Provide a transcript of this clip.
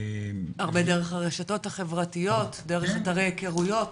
הרבה דרך הרשתות החברתיות, דרך אתרי הכרויות.